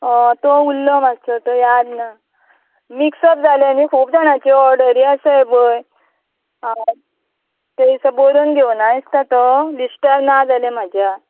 तो उरलो मातसो तो याद ना मिक्सप जालें न्ही खूब जाणांची ऑर्डरी आसा एपय थंयसर बरोवन घेवनायसता तो लिस्टार ना जालें म्हाज्या